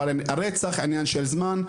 אבל הרצח עניין של זמן,